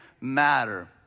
matter